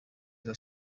إذا